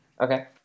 Okay